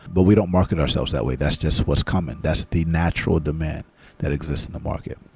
but we don't market ourselves that way. that's just what's common. that's the natural demand that exists in the market.